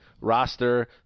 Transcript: roster